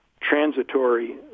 transitory